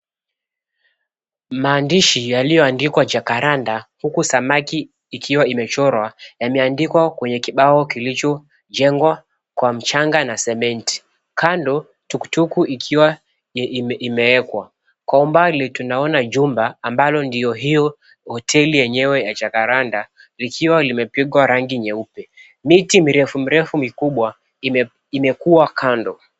Maandishi yaliyoandikwa Jacaranda, huku samaki ikiwa imechorwa yameandikwa kwenye kibao kilichojengwa kwa mchanga na sementi. Kando tuktuku ikiwa imewekwa Kwa umbali tunaona jumba ambalo ndio hoteli enyewe ya Jacaranda likiwa limepigwa rangi nyeupe miti mirefu mirefu mikubwa imekuwa kando.